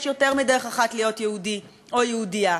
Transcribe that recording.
יש יותר מדרך אחת להיות יהודי או יהודייה.